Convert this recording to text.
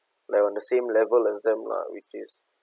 like on the same level as them lah which is